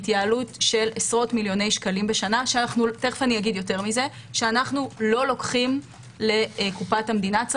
התייעלות של עשרות מיליוני שקלים לשנה שאנו לא לוקחים לקופת המדינה.